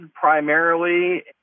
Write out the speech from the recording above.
primarily